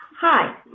Hi